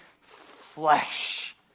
flesh